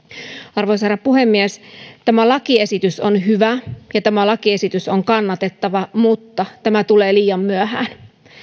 arvoisa herra puhemies tämä lakiesitys on hyvä ja tämä lakiesitys on kannatettava mutta tämä tulee liian myöhään